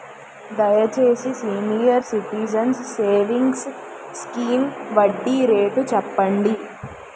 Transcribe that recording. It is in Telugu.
దయచేసి సీనియర్ సిటిజన్స్ సేవింగ్స్ స్కీమ్ వడ్డీ రేటు చెప్పండి